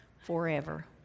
forever